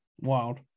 wild